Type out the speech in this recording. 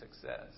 success